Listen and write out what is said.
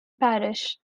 parish